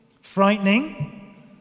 frightening